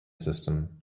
system